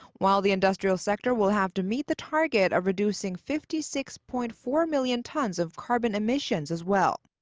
while the industrial sector will have to meet the target of reducing fifty six point four million tons of carbon emissions as well.